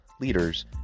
leaders